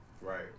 Right